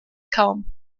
kaum